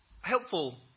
Helpful